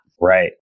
Right